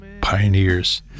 pioneers